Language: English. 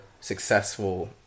successful